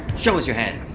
show us your hands.